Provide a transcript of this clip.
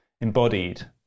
embodied